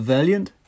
Valiant